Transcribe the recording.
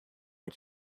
but